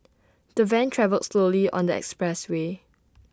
the van travelled slowly on the expressway